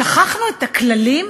שכחנו את הכללים?